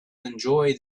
enjoy